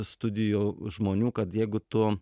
studijų žmonių kad jeigu tu